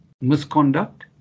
misconduct